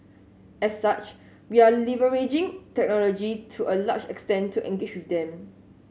as such we are leveraging technology to a large extent to engage with them